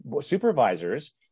supervisors